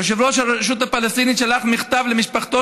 יושב-ראש הרשות הפלסטינית שלח מכתב למשפחתו